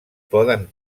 poden